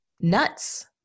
nuts